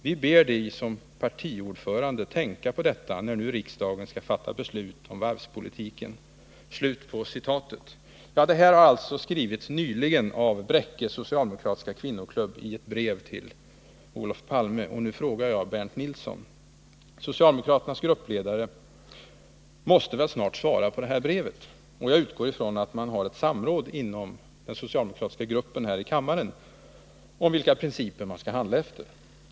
Vi ber dig som partiordförande tänka på detta när nu riksdagen ska fatta beslut om varvspolitiken.” Detta har alltså nyligen skrivits av Bräcke socialdemokratiska kvinnoklubb i ett brev till Olof Palme. Socialdemokraternas gruppledare måste väl snart svara på detta brev. Jag utgår från att man inom den socialdemokratiska gruppen här i riksdagen har ett samråd om vilka principer man skall handla efter.